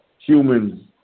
humans